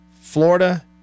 Florida